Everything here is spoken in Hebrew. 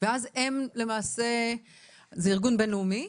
זה ארגון בין-לאומי?